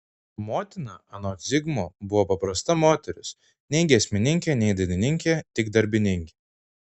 motina anot zigmo buvo paprasta moteris nei giesmininkė nei dainininkė tik darbininkė